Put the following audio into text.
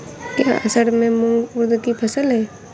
क्या असड़ में मूंग उर्द कि फसल है?